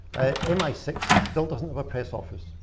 m i six still doesn't have a press office.